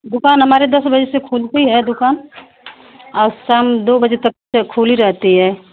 दुकान हमारी दस बजे से खुलती है दुकान और शाम दो बजे तक फिर खूली रहती है